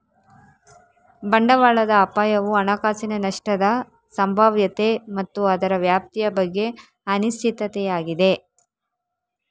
ಬಂಡವಾಳದ ಅಪಾಯವು ಹಣಕಾಸಿನ ನಷ್ಟದ ಸಂಭಾವ್ಯತೆ ಮತ್ತು ಅದರ ವ್ಯಾಪ್ತಿಯ ಬಗ್ಗೆ ಅನಿಶ್ಚಿತತೆಯಾಗಿದೆ